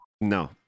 No